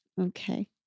okay